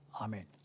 Amen